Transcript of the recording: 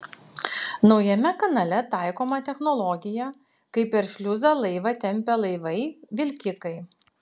naujame kanale taikoma technologija kai per šliuzą laivą tempia laivai vilkikai